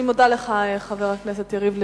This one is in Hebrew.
אני מודה לך, חבר הכנסת יריב לוין.